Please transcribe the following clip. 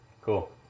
Cool